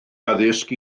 addysg